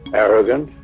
arrogant.